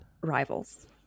rivals